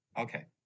Okay